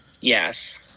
Yes